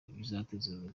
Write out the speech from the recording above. bitazongera